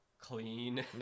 clean